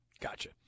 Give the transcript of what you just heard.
Gotcha